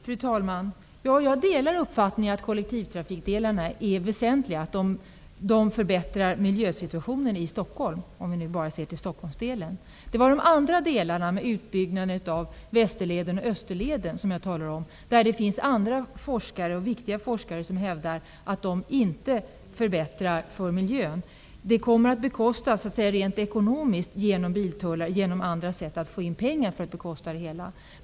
Fru talman! Jag delar uppfattningen att kollektivtrafikdelarna är väsentliga. De förbättrar miljösituationen i Stockholm -- om vi nu bara ser till Stockholmsdelen. När det gäller de andra delarna -- utbyggnaden av Västerleden och Österleden -- finns det forskare som hävdar att det inte förbättrar för miljön. Rent ekonomiskt kommer det att bekostas genom biltullar och annat.